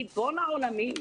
ריבון העולמים,